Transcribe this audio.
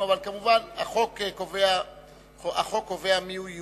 אבל כמובן, החוק קובע מיהו יהודי,